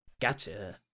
Gotcha